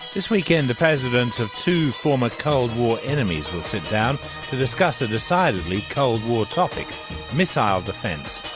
this weekend, the presidents of two former cold war enemies will sit down to discuss a decidedly cold war topic missile defence.